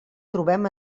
trobem